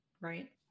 right